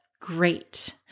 great